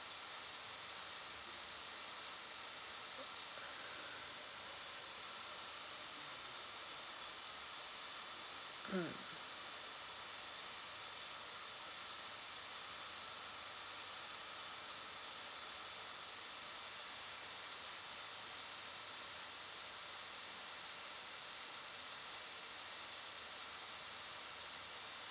mm